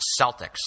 Celtics